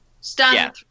Stun